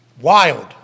Wild